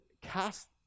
cast